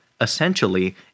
essentially